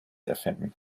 erfinden